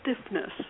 stiffness